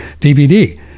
DVD